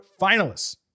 finalists